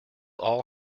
all